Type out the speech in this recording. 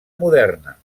moderna